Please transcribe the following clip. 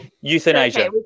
Euthanasia